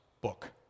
book